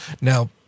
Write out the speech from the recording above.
now